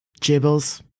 Jibbles